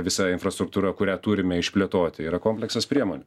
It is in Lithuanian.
visa infrastruktūra kurią turime išplėtoti yra kompleksas priemonių